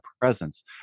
presence